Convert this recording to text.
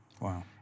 Wow